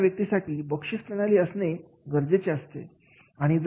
अशा व्यक्तीसाठी बक्षीस प्रणाली असणे गरजेचे असते